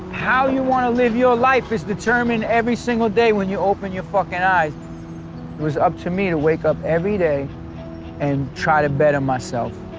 how you want to live your life is determined every single day when you open your fucking eyes, it was up to me to wake up every day and try to better myself.